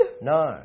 No